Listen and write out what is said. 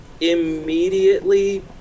immediately